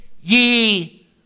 ye